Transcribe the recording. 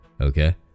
Okay